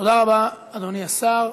תודה רבה, אדוני השר.